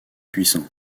puissant